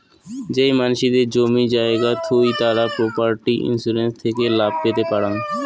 যেই মানসিদের জমি জায়গা থুই তারা প্রপার্টি ইন্সুরেন্স থেকে লাভ পেতে পারাং